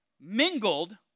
mingled